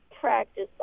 practice